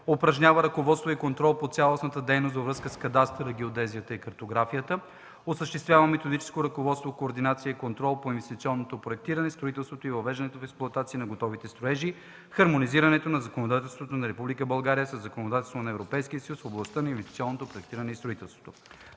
упражнява ръководство и контрол по цялостната дейност във връзка с кадастъра, геодезията и картографията; – осъществяване на методическо ръководство, координация и контрол по инвестиционното проектиране, строителството и въвеждането в експлоатация на готовите строежи; – хармонизирането на законодателството на Република България със законодателството